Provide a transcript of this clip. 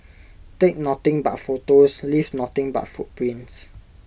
take nothing but photos leave nothing but footprints